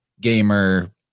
gamer